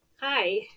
Hi